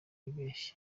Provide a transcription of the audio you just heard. bibeshya